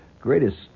greatest